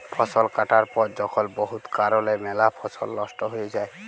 ফসল কাটার পর যখল বহুত কারলে ম্যালা ফসল লস্ট হঁয়ে যায়